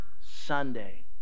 Sunday